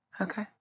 Okay